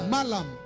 Malam